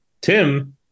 tim